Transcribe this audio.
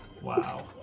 Wow